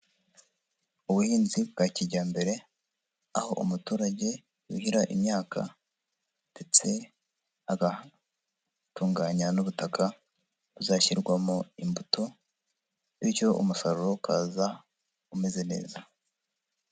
Ubuhinzi bwa kijyambere aho umuturage yuhira imyaka ndetse agatunganya n'ubutaka buzashyirwamo imbuto, bityo umusaruro ukaza umeze neza.